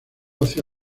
hacia